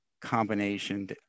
combination